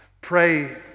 pray